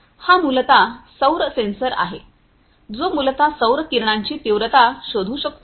हा मूलतः सौर सेन्सर आहे जो मूलत सौर किरणांची तीव्रता शोधू शकतो